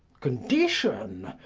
condition?